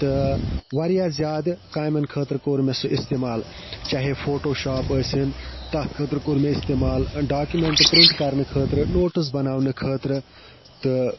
تہٕ واریاہ زیادٕ کامٮ۪ن خٲطرٕ کوٚر مےٚ سُہ اِستعمال چاہے فوٹو شاپ ٲسِنۍ تَتھ خٲطرٕ کوٚر مےٚ اِستعمال ڈاکمنٛٹ پرِنٛٹ کَرنہٕ خٲطرٕ نوٹٕس بَناونہٕ خٲطرٕ تہٕ